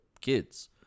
kids